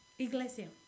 Iglesia